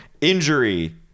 Injury